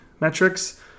metrics